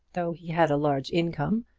though he had a large income,